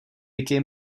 wiki